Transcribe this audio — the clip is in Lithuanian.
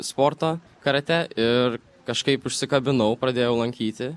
sporto karatė ir kažkaip užsikabinau pradėjau lankyti